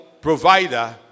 provider